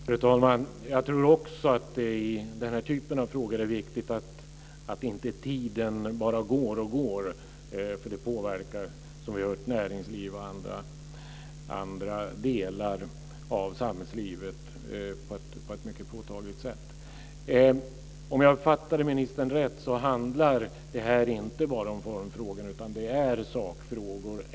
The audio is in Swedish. Fru talman! Jag tror också att det i den här typen av frågor är viktigt att tiden inte bara går och går, för det påverkar näringsliv och andra delar av samhällslivet på ett mycket påtagligt sätt. Om jag uppfattade ministern rätt, handlar det här inte bara om formfrågorna, utan om sakfrågor.